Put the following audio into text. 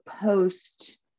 post